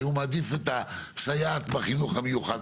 האם הוא מעדיף את הסייעת בחינוך המיוחד